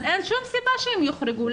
אז אין שום סיבה שהם יוחרגו.